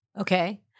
Okay